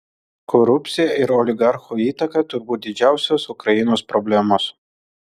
korupcija ir oligarchų įtaka turbūt didžiausios ukrainos problemos